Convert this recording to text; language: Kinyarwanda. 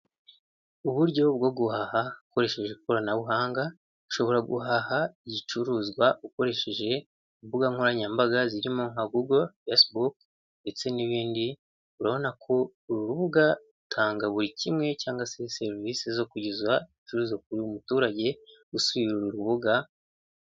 Uburyo bwo guhaha hakoresheje ikoranabuhanga ushobora guhaha igicuruzwa ukoresheje imbuga nkoranyambaga zirimo nka Google, Facebook, ndetse n'ibindi urabona ku rubuga rutanga buri kimwe cyangwa se serivisi zo kugeza ibicuruzwa kuri buri muturage usuye uru rubuga.